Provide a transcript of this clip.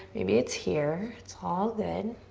maybe it's here. it's all good. and